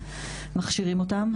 מכשירים אותם.